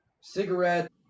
cigarette